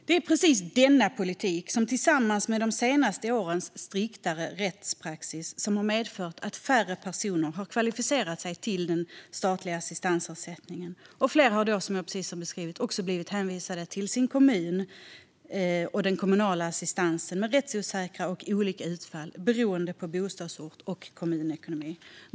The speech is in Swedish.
Det är precis denna politik tillsammans med de senaste årens striktare rättspraxis som har medfört att färre personer har kvalificerat sig för statlig assistansersättning. Flera har i stället, som jag tidigare beskrivit, hänvisats till sin kommun och den kommunala assistansen med rättsosäkra och olika utfall beroende på bostadsort och kommunekonomi.